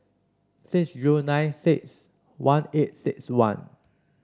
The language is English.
six zero nine six one eight six one